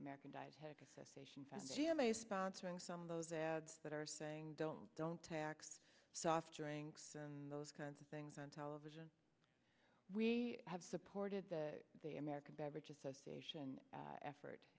american dietetic association founded a m a sponsoring some of those ads that are saying don't don't tax soft drinks and those kinds of things on television we have supported the american beverage association effort